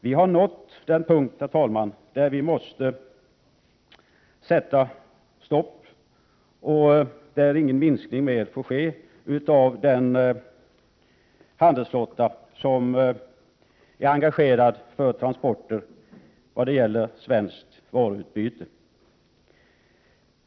Vi har nått den punkt, herr talman, där vi måste sätta stopp och där ingen ytterligare minskning får ske i den handelsflotta som är engagerad i transporter för svenskt varuutbyte.